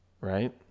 right